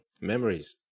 Memories